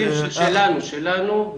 ילדים שלנו, שלנו.